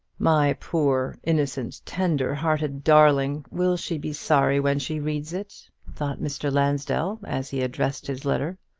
my poor, innocent, tender-hearted darling! will she be sorry when she reads it? thought mr. lansdell, as he addressed his letter.